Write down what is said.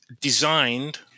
designed